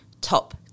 top